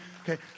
Okay